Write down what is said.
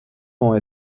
vont